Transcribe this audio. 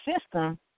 system